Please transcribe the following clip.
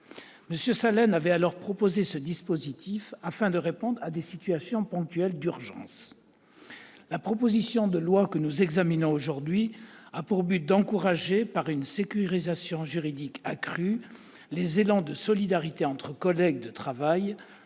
M. Salen avait-il proposé ce dispositif afin de répondre à des situations ponctuelles d'urgence. La proposition de loi que nous examinons aujourd'hui a pour objet d'encourager, par une sécurisation juridique accrue, les élans de solidarité entre collègues de travail